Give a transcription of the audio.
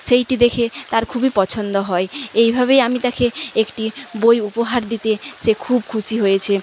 সেইটি দেখে তার খুবই পছন্দ হয় এইভাবেই আমি তাখে একটি বই উপহার দিতে সে খুব খুশি হয়েছে